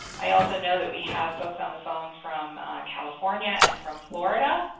i also know that we have folks on the phone from california and from florida,